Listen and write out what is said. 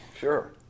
Sure